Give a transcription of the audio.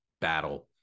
Battle